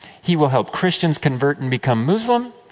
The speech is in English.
he will help christians convert and become muslim.